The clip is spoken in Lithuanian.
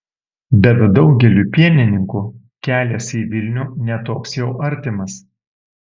bet daugeliui pienininkų kelias į vilnių ne toks jau artimas